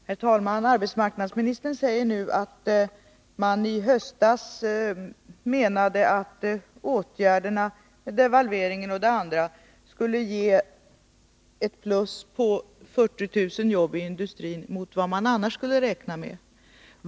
Herr talman! Arbetsmarknadsministern säger nu att man i höstas menade att åtgärderna — devalveringen och andra åtgärder — skulle ge ett plus på 40 000 jobb i industrin jämfört med vad man annars kunde räkna med.